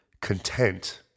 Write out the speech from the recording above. content